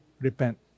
repent